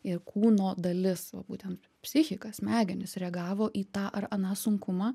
ir kūno dalis va būtent psichika smegenys reagavo į tą ar aną sunkumą